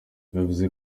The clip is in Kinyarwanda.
bivuze